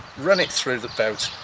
run it through the boat,